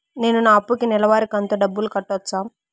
నేను నా అప్పుకి నెలవారి కంతు డబ్బులు కట్టొచ్చా?